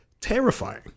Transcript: terrifying